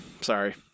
sorry